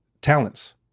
talents